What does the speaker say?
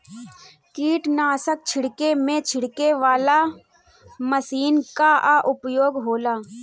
कीटनाशक छिड़के में छिड़के वाला मशीन कअ उपयोग होला